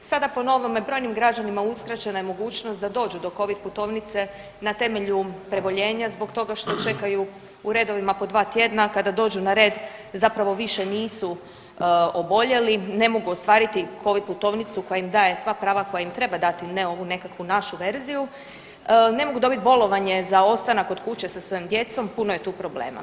Sada po novome brojim građanima uskraćena je mogućnost da dođu do covid putovnice na temelju preboljenja zbog toga što čekaju u redovima po dva tjedna, kada dođu na red zapravo više nisu oboljeli, ne mogu ostvariti covid putovnicu koja im daje sva prava koja im treba dati, ne ovu nekakvu našu verziju, ne mogu dobiti bolovanje za ostanak kod kuće sa svojom djecom, puno je tu problema.